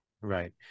Right